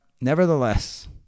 Nevertheless